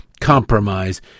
compromise